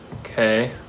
Okay